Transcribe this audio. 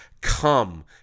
Come